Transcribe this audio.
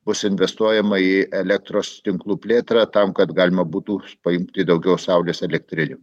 bus investuojama į elektros tinklų plėtrą tam kad galima būtų pajungti daugiau saulės elektrinių